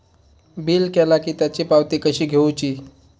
Bill केला की त्याची पावती कशी घेऊची?